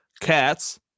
Cats